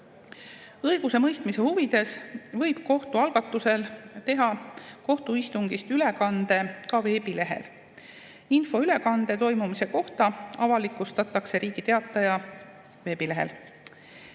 Õigusemõistmise huvides võib kohtu algatusel teha kohtuistungist ülekande ka veebilehel. Info ülekande toimumise kohta avalikustatakse Riigi Teataja veebilehel.